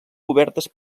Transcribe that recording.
cobertes